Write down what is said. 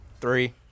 three